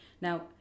Now